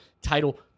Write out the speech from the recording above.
title